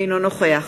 אינו נוכח